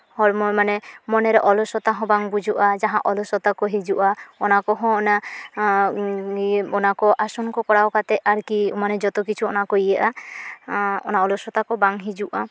ᱦᱚᱲᱢᱚ ᱢᱟᱱᱮ ᱢᱚᱱᱮ ᱨᱮ ᱚᱞᱚᱥᱚᱛᱟ ᱦᱚᱸ ᱵᱟᱝ ᱵᱩᱡᱷᱟᱹᱜᱼᱟ ᱡᱟᱦᱟᱸ ᱚᱞᱚᱥᱚᱛᱟ ᱠᱮ ᱦᱤᱡᱩᱜᱼᱟ ᱚᱱᱟ ᱠᱚᱦᱚᱸ ᱚᱱᱟ ᱚᱱᱟ ᱠᱚ ᱟᱥᱚᱱ ᱠᱚ ᱠᱚᱨᱟᱣ ᱠᱟᱛᱮ ᱟᱨᱠᱤ ᱢᱟᱱᱮ ᱡᱚᱛᱚ ᱠᱤᱪᱷᱩ ᱚᱱᱟ ᱠᱚ ᱤᱭᱟᱹᱜᱼᱟ ᱚᱱᱟ ᱚᱞᱚᱥᱚᱛᱟ ᱠᱚ ᱵᱟᱝ ᱦᱤᱡᱩᱜᱼᱟ